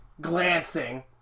glancing